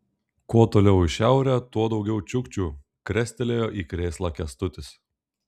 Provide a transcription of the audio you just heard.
kuo toliau į šiaurę tuo daugiau čiukčių krestelėjo į krėslą kęstutis